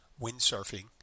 windsurfing